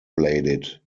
bladed